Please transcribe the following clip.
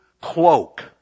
cloak